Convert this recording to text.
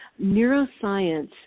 neuroscience